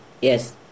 Yes